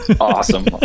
Awesome